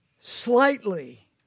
slightly